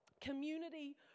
Community